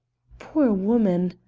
poor woman!